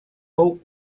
fou